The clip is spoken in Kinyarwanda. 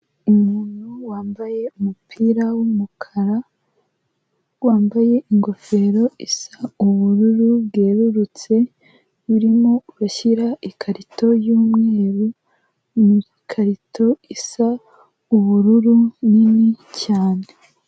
Umuntu wambaye umupira w'umukara, wambaye ingofero isa ubururu bwerurutse, urimo arashyira ikarito y'umweru mu ikarito isa ubururu nini cyane.